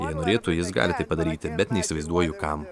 jei norėtų jis gali tai padaryti bet neįsivaizduoju kam